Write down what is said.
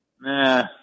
Nah